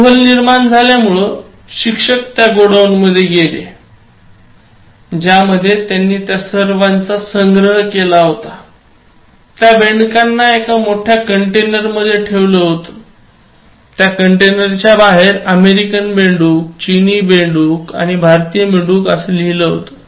कुतूहल निर्माण झाल्यामुळे शिक्षक त्या गोडाऊनमध्ये गेले ज्यामध्ये त्याने त्या सर्वांचा संग्रह केला होतात्या बेडकांना एका मोठ्या कंटेनरमध्ये ठेवले होते त्या कंटेनरच्या बाहेर अमेरिकन बेडूक चिनी बेडूक आणि भारतीय बेडूक असे लिहिले होते